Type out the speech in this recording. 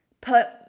put